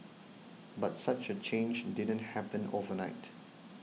but such a change didn't happen overnight